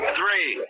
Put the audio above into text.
three